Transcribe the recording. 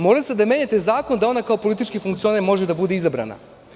Morali ste da menjate zakon da ona kao politički funkcioner može da bude izabrana.